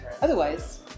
Otherwise